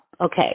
okay